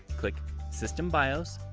click system bios,